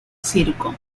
circo